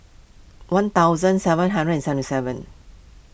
one thousand seven hundred and seventy seven